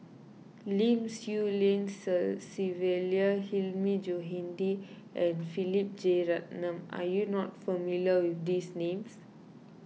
Lim Swee Lian Sylvia Hilmi Johandi and Philip Jeyaretnam are you not familiar with these names